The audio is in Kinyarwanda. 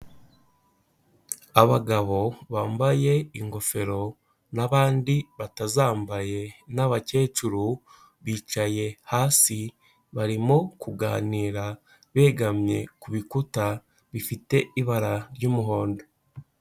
Abagabo bambaye ingofero n'abandi batazambaye n'abakecuru, bicaye hasi barimo kuganira begamye ku bikuta bifite ibara ry'umuhondo.